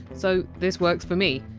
so this works for me.